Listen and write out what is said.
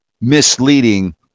misleading